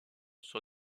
son